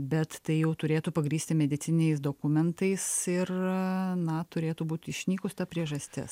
bet tai jau turėtų pagrįsti medicininiais dokumentais ir na turėtų būt išnykus ta priežastis